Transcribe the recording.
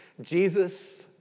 Jesus